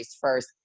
first